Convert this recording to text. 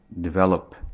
develop